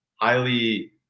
highly